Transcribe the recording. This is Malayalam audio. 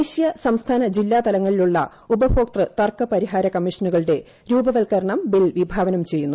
ദേശീയ സംസ്ഥാന ജില്ലാ തലങ്ങളിലുള്ള ഉപഭോക്തൃ തർക്ക പരിഹാര കമ്മീഷനുകളുടെ രൂപവൽക്കരണം ബിൽ വിഭാവനം ചെയ്യുന്നു